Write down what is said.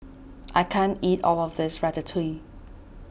I can't eat all of this Ratatouille